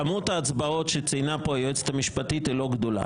כמות ההצבעות שציינה כאן היועצת המשפטית היא לא גדולה.